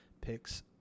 picks